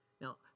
Now